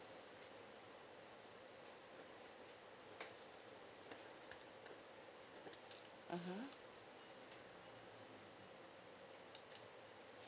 mmhmm